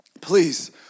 Please